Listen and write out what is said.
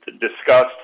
discussed